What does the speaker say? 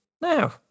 now